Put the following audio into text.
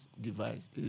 Device